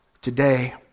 today